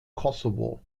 kosovo